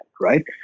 right